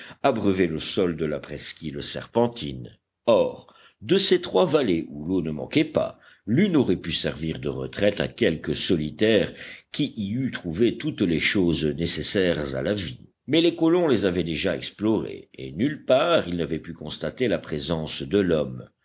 abreuvaient le sol de la presqu'île serpentine or de ces trois vallées où l'eau ne manquait pas l'une aurait pu servir de retraite à quelque solitaire qui y eût trouvé toutes les choses nécessaires à la vie mais les colons les avaient déjà explorées et nulle part ils n'avaient pu constater la présence de l'homme